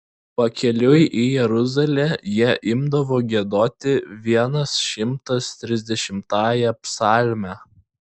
pakeliui į jeruzalę jie imdavo giedoti vienas šimtas trisdešimtąją psalmę